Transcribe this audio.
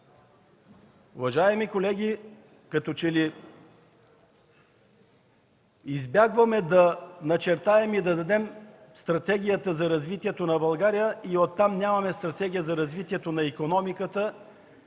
Уважаеми колеги, като че ли избягваме да начертаем и да дадем стратегията за развитието на България, нямаме и стратегия за развитието на икономиката,